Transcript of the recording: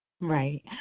Right